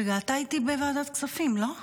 רגע, אתה איתי בוועדת הכספים, לא?